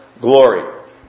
glory